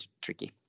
tricky